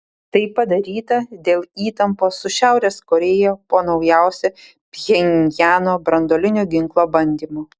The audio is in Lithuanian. tai padaryta dėl įtampos su šiaurės korėja po naujausio pchenjano branduolinio ginklo bandymo